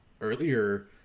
earlier